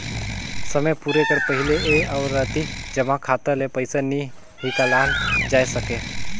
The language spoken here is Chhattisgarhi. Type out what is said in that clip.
समे पुरे कर पहिले ए आवरती जमा खाता ले पइसा नी हिंकालल जाए सके